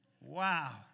Wow